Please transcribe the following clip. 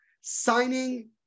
signing